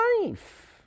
life